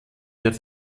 der